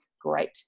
Great